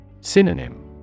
Synonym